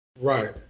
Right